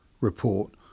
report